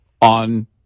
on